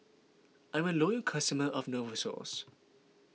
I'm a loyal customer of Novosource